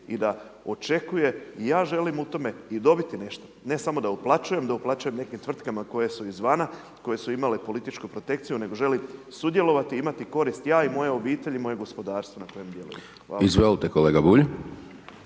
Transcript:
i da očekuje i ja želim u tome i dobiti nešto. Ne samo da uplaćujem, da uplaćujem nekih tvrtkama koje su izvana koje su imale političku protekciju, nego želim sudjelovati i imati korist ja i moja obitelj i moje gospodarstvo na kojem djelujem. **Hajdaš